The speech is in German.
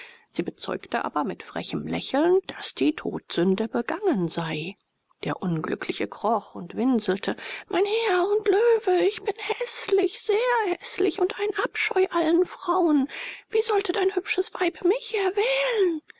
sie bezeugte aber mit frechem lächeln daß die todsünde begangen sei der unglückliche kroch und winselte mein herr und löwe ich bin häßlich sehr häßlich und ein abscheu allen frauen wie sollte dein hübsches weib mich erwählen